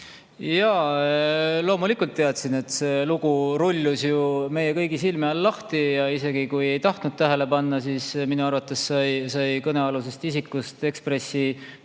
Jaa, loomulikult teadsin. See lugu rullus ju meie kõigi silme all lahti. Isegi kui ei tahtnud tähele panna, sai minu arvates kõnealusest isikust Ekspressi